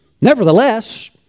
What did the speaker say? Nevertheless